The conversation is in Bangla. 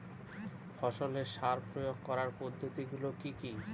ফসলের সার প্রয়োগ করার পদ্ধতি গুলো কি কি?